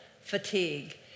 fatigue